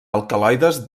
alcaloides